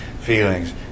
feelings